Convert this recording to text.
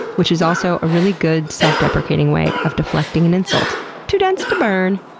which is also a really good self-deprecating way of deflecting an insult too dense to burn.